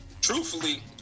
Truthfully